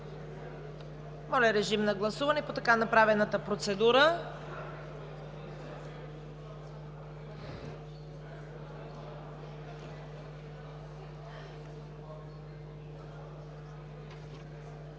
Моля, режим на гласуване по така направената процедура.